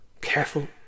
careful